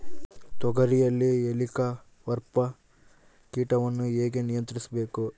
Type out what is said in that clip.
ತೋಗರಿಯಲ್ಲಿ ಹೇಲಿಕವರ್ಪ ಕೇಟವನ್ನು ಹೇಗೆ ನಿಯಂತ್ರಿಸಬೇಕು?